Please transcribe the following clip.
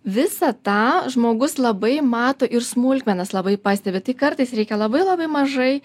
visą tą žmogus labai mato ir smulkmenas labai pastebi tai kartais reikia labai labai mažai